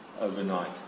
overnight